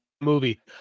movie